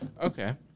okay